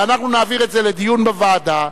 ואנחנו נעביר זה לדיון בוועדה,